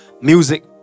music